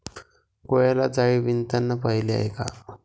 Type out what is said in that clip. कोळ्याला जाळे विणताना पाहिले आहे का?